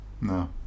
No